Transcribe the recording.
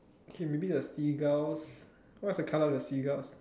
okay maybe the seagulls what is the color of the seagulls